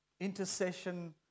Intercession